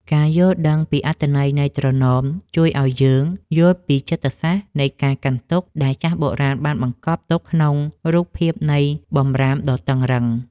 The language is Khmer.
ការយល់ដឹងពីអត្ថន័យនៃត្រណមជួយឱ្យយើងយល់ពីចិត្តសាស្ត្រនៃការកាន់ទុក្ខដែលចាស់បុរាណបានបង្កប់ទុកក្នុងរូបភាពនៃបម្រាមដ៏តឹងរ៉ឹង។